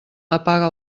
apaga